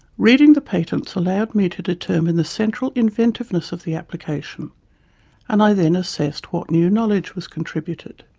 reading the patents allowed me to determine the central inventiveness of the application and i then assessed what new knowledge was contributed.